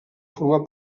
formar